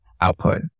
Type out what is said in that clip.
output